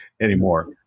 anymore